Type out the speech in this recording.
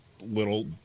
little